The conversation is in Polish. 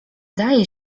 daje